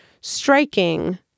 Striking